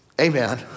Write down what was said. amen